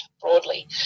broadly